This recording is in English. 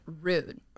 rude